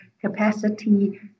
capacity